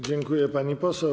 Dziękuję, pani poseł.